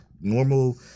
normal